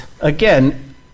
again